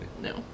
No